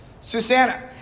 Susanna